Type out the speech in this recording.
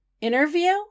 interview